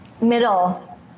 Middle. (